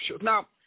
Now